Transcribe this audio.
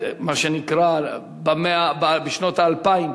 מה שנקרא בשנות האלפיים,